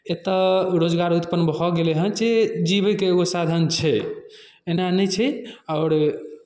एतय रोजगार उत्पन्न भऽ गेलै हेँ जे जीवैके एगो साधन छै एना नहि छै आओर